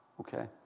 Okay